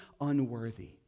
unworthy